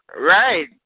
Right